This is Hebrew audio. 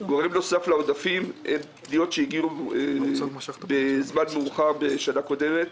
גורם נוסף לעודפים זה פניות שהגיעו בזמן מאוחר בשנה הקודמת,